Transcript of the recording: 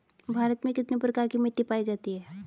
भारत में कितने प्रकार की मिट्टी पाई जाती हैं?